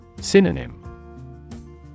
Synonym